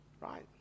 right